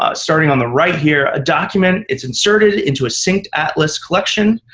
ah starting on the right here, a document is inserted into a synced atlas collection.